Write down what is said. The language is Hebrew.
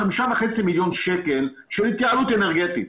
5.5 מיליון שקל של התייעלות אנרגטית.